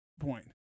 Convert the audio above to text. point